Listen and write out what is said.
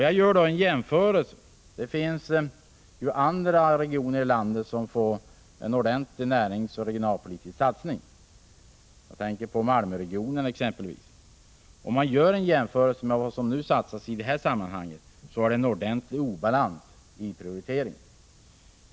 Jag gör då en jämförelse — det finns ju andra regioner i landet som får ordentliga näringsoch regionalpolitiska satsningar. Jag tänker exempelvis på Malmöregionen. Om man gör en jämförelse med vad som satsas i detta sammanhang finner man en ordentlig obalans i prioriteringen.